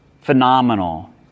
phenomenal